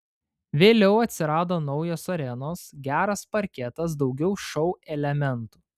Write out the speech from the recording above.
vėliau atsirado naujos arenos geras parketas daugiau šou elementų